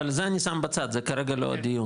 אבל זה אני שם בצד, זה כרגע לא הדיון,